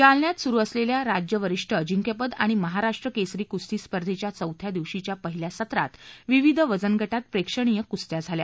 जालन्यात सुरू असलेल्या राज्य वरिष्ठ अजिंक्यपद आणि महाराष्ट्र केसरी कुस्ती स्पर्धेच्या चौथ्या दिवशीच्या पहिल्या सत्रात विविध वजन गटात प्रेक्षनीय कुस्त्या झाल्या